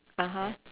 (uh huh)